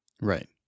Right